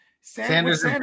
Sanders